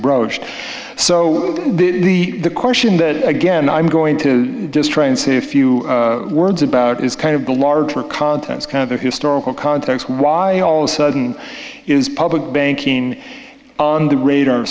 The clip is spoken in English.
broached so the question that again i'm going to just try and say a few words about is kind of the larger context kind of a historical context why all of a sudden is public banking on the radar